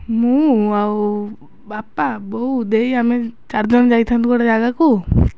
ମୁଁ ଆଉ ବାପା ବୋଉ ଦେଇ ଆମେ ଚାରି ଜଣ ଯାଇଥାନ୍ତୁ ଗୋଟେ ଜାଗାକୁ